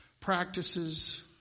practices